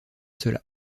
cela